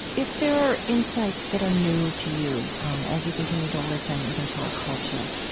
if there are insights that are new to you um as you continue to listen even to our culture